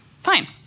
Fine